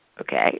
Okay